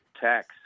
tax